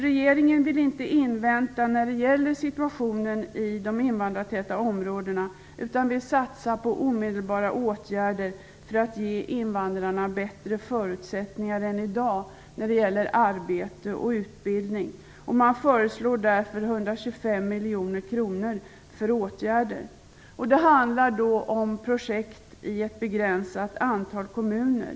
Regeringen vill emellertid inte invänta kommittén när det gäller situationen i de invandrartäta bostadsområdena utan vill satsa på omedelbara åtgärder för att ge invandrarna bättre förutsättningar än i dag när det gäller arbete och utbildning. Man föreslår därför 125 miljoner kronor för åtgärder. Det handlar om projekt i ett begränsat antal kommuner.